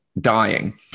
dying